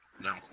No